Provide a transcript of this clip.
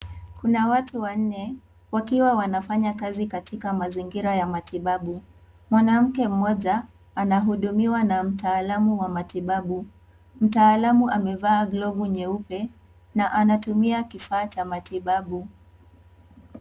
Kuna watu wanne wakiwa wanafanya kazi katika mazingira ya matibabu. Mwanamke mmoja anahudumiwa na mtaalamu wa matibabu , mtaalamu amevaa glovu nyeupe na anatumia kifaa cha matibabu.